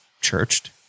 churched